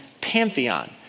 pantheon